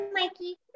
Mikey